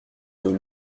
dos